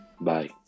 Bye